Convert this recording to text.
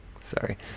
Sorry